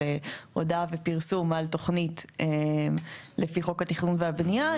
של הודעה ופרסום על תוכנית לפי חוק התכנון והבנייה,